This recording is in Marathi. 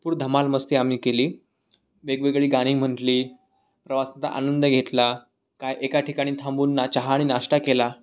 भरपूर धमाल मस्ती आम्ही केली वेगवेगळी गाणी म्हटली प्रवासाचा आनंद घेतला काय एका ठिकाणी थांबून चहा आणि नाष्टा केला